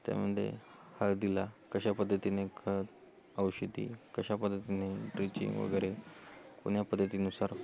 त्यामध्ये हळदीला कशा पद्धतीने खत औषधी कशा पद्धतीने ड्रिचिंग वगैरे कोण्या पद्धतीनुसार